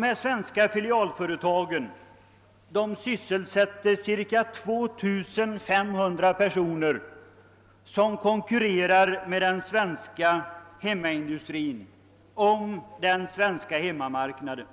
Dessa svenska filialföretag sysselsätter cirka 2 500 personer och konkurrerar med den svenska hemmaindustrin om den svenska marknaden.